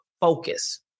focus